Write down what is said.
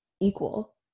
equal